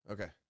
Okay